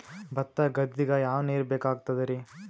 ಭತ್ತ ಗದ್ದಿಗ ಯಾವ ನೀರ್ ಬೇಕಾಗತದರೀ?